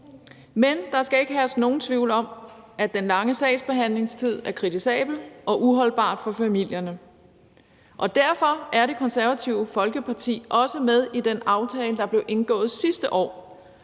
Men der skal ikke herske nogen tvivl om, at den lange sagsbehandlingstid er kritisabelt og uholdbart for familierne, og derfor er Det Konservative Folkeparti også med i den aftale, der blev indgået sidste år,